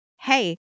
hey